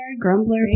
Grumbler